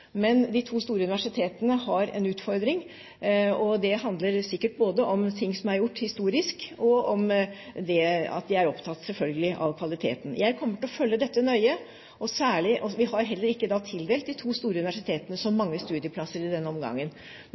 Men de to store universitetene har en utfordring, og det handler sikkert både om ting som er gjort historisk, og om at de er opptatt – selvfølgelig – av kvaliteten. Jeg kommer til å følge dette nøye. Vi har heller ikke tildelt de to store universitetene som mangler studieplasser, i denne omgangen. Men